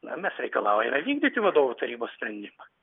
na mes reikalaujame vykdyti vadovų tarybos sprendimą